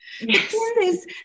Yes